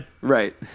right